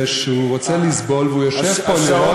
שהוא רוצה לסבול והוא יושב פה לשמוע,